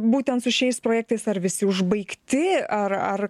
būtent su šiais projektais ar visi užbaigti ar ar